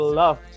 love